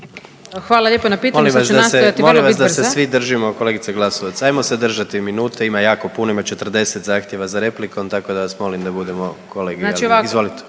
Molim da se, molim vas da se svi držimo, kolegice Glasovac, ajmo se držati minute, ima jako puno, ima 40 zahtjeva za replikom, tako da vas molim da budemo kolegijalni. Izvolite.